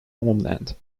homeland